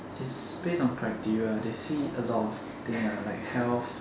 is based on criteria ah they see a lot of thing ah like health